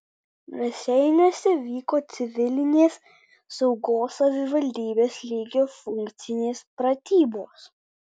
raseiniuose vyko civilinės saugos savivaldybės lygio funkcinės pratybos